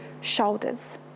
shoulders